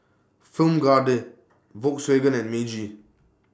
Film Grade Volkswagen and Meiji